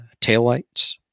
taillights